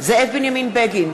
זאב בנימין בגין,